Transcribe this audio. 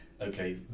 okay